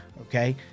okay